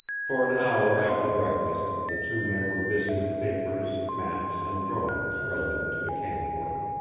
for an hour after breakfast the two men were busy with papers, maps and drawings relative to the camp work.